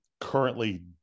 currently